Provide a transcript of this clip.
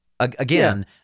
Again